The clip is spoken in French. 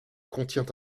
contient